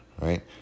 right